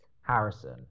Harrison